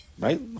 Right